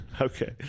Okay